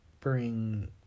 bring